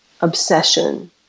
obsession